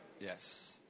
Yes